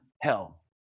hell